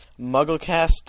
MuggleCast